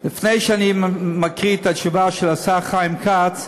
לפני שאני מקריא את התשובה של השר חיים כץ,